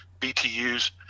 btus